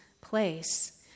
place